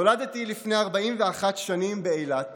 נולדתי לפני 41 שנים באילת